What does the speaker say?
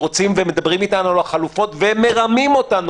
מדברים איתנו על החלופות ומרמים אותנו